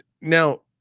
now